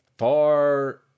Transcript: Far